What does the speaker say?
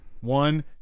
One